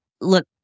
look